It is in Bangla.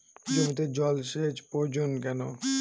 জমিতে জল সেচ প্রয়োজন কেন?